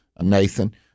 Nathan